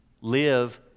live